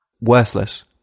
worthless